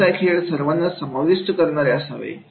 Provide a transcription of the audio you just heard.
व्यवसाय खेळ सर्वांना समाविष्ट करणारे असावे